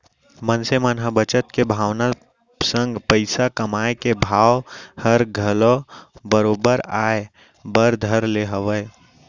मनसे मन म बचत के भावना संग पइसा कमाए के भाव हर घलौ बरोबर आय बर धर ले हवय